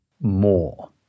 more